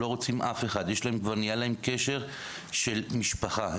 נהיה להם קשר של משפחה.